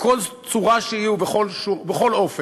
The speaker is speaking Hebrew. מכל צורה שהיא ובכל אופן.